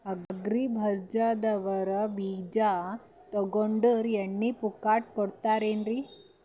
Agri ಬಜಾರದವ್ರು ಬೀಜ ತೊಗೊಂಡ್ರ ಎಣ್ಣಿ ಪುಕ್ಕಟ ಕೋಡತಾರೆನ್ರಿ?